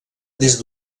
des